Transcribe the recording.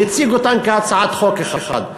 והציג כהצעת חוק אחת.